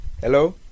Hello